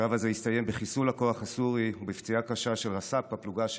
הקרב הזה הסתיים בחיסול הכוח הסורי ובפציעה קשה של רס"פ הפלוגה שלנו,